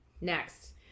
Next